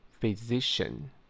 Physician